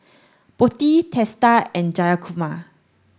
Potti Teesta and Jayakumar